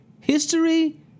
history